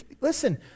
Listen